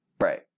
Right